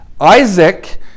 Isaac